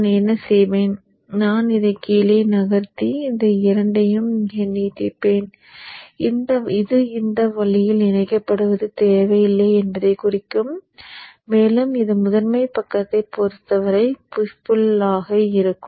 நான் என்ன செய்வேன் நான் இதை கீழே நகர்த்தி இந்த இரண்டையும் இங்கே நீட்டிப்பேன் இது இந்த வழியில் இணைக்கப்படுவது தேவையில்லை என்பதைக் குறிக்கும் மேலும் இது முதன்மை பக்கத்தைப் பொறுத்தவரை புஷ் புள் ஆக இருக்கும்